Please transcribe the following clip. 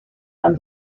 and